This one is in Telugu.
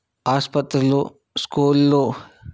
ఆసుపత్రులు స్కూళ్లు